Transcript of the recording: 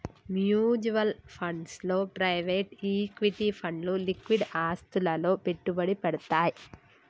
mutual funds లో private equity ఫండ్లు లిక్విడ్ ఆస్తులలో పెట్టుబడి పెడ్తయ్